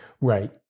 Right